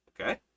okay